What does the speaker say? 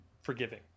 forgiving